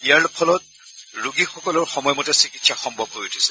ইয়াৰ ফলত ৰোগীসকলৰ সময়মতে চিকিৎসা সম্ভৱ হৈ উঠিছে